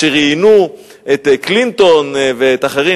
כשראיינו את קלינטון ואחרים,